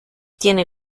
tiene